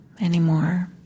anymore